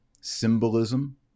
symbolism